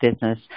business